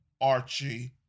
Archie